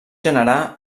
generar